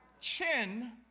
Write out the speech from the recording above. chin